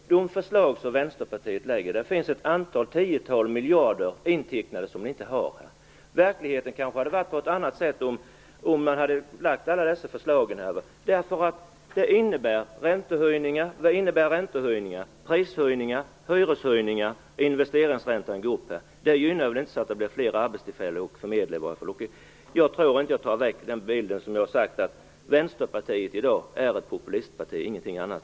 Fru talman! I de förslag som Vänsterpartiet lägger fram finns ett tiotal miljarder som ni inte har. De här förslagen skulle innebära räntehöjningar, prishöjningar, hyreshöjningar och att investeringsräntan går upp. Detta gör väl inte att det blir fler arbetstillfällen att förmedla. Jag tar inte tillbaka det jag sade om att Vänsterpartiet i dag är ett populistparti, ingenting annat.